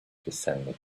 descended